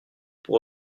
pour